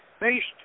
based